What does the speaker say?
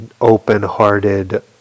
open-hearted